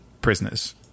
prisoners